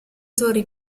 torri